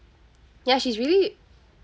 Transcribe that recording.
ya she's really